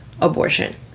Abortion